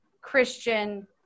Christian